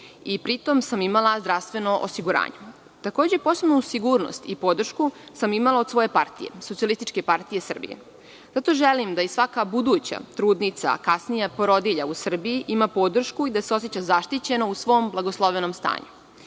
i pri tom sam imala zdravstveno osiguranje. Takođe, posebnu sigurnost i podršku sam imala od svoje partije, Socijalističke partije Srbije, zato želim da i svaka buduća trudnica, a kasnije porodilja u Srbiji, ima podršku i da se oseća zaštićeno u svom blagoslovenom stanju. Pored